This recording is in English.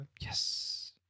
Yes